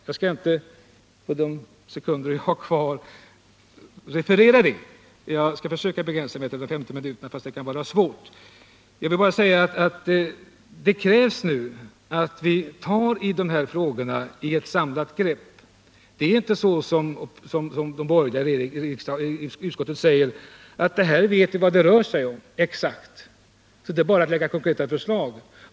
Jag skall inte ta upp de sekunder jag har kvar med att referera det, eftersom jag skall försöka begränsa mig till de 15 minuter jag har angivit även om det kan vara svårt. Det krävs att vi tar ett samlat grepp i dessa frågor. De borgerliga i riksdagen säger att de vet exakt vad det rör sig om och det behövs bara att man lägger fram konkreta förslag.